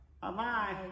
Bye-bye